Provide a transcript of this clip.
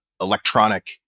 electronic